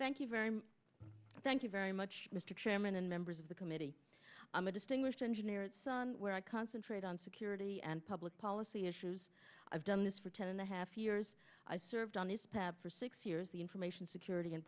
thank you very much thank you very much mr chairman and members of the committee on the distinguished engineer at sun where i concentrate on security and public policy issues i've done this for ten and a half years i served on this path for six years the information security and